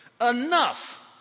enough